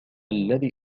الذي